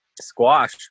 squash